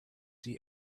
see